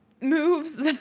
moves